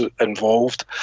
involved